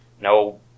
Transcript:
no